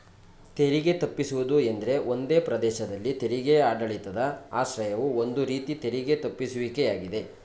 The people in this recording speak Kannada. ತೆರಿಗೆ ತಪ್ಪಿಸುವುದು ಎಂದ್ರೆ ಒಂದೇ ಪ್ರದೇಶದಲ್ಲಿ ತೆರಿಗೆ ಆಡಳಿತದ ಆಶ್ರಯವು ಒಂದು ರೀತಿ ತೆರಿಗೆ ತಪ್ಪಿಸುವಿಕೆ ಯಾಗಿದೆ